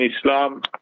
Islam